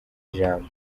ijambo